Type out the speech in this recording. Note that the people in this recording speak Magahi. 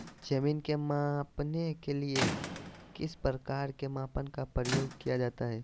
जमीन के मापने के लिए किस प्रकार के मापन का प्रयोग किया जाता है?